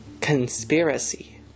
conspiracy